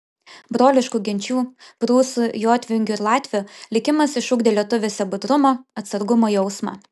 broliškų genčių prūsų jotvingių ir latvių likimas išugdė lietuviuose budrumo atsargumo jausmą